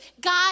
God